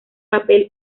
papel